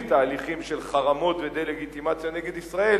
תהליכים של חרמות ודה-לגיטימציה נגד מדינת ישראל,